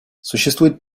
существует